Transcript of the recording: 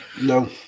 No